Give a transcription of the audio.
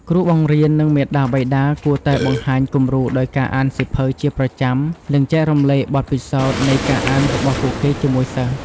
គ្រូបង្រៀន និងមាតាបិតាគួរតែបង្ហាញគំរូដោយការអានសៀវភៅជាប្រចាំ និងចែករំលែកបទពិសោធន៍នៃការអានរបស់ពួកគេជាមួយសិស្ស។